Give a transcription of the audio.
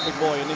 boy, isn't